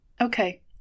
Okay